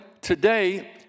today